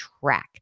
track